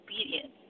obedience